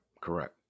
correct